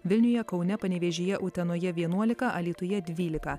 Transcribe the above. vilniuje kaune panevėžyje utenoje vienuolika alytuje dvylika